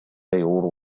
يورو